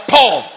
Paul